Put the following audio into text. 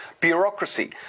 bureaucracy